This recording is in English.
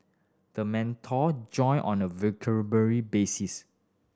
the mentor join on a basis